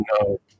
no